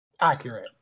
Accurate